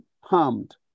harmed